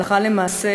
הלכה למעשה,